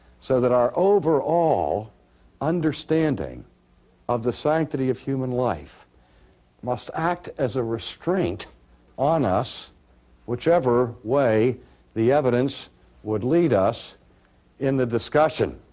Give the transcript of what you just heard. so that our overall understanding of the sanctity of human life must act as a restraint on us whichever way the evidence would lead us in the discussion.